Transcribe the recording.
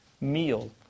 meal